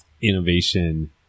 Innovation